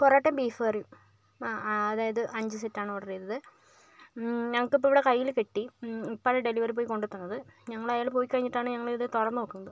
parotta beef കറിയും ആ അതായത് അഞ്ച് സെറ്റാണ് ഓർഡർ ചെയ്തത് ഞങ്ങൾക്ക് ഇപ്പോൾ ഇവിടെ കൈയില് കിട്ടി ഇപ്പഴ് ഡെലിവറി ബോയ് കൊണ്ട് തന്നത് ഞങ്ങൾ അയ്യാൾ പോയിക്കഴിഞ്ഞിട്ടാണ് ഞങ്ങള് ഇത് തുറന്ന് നോക്കുന്നത്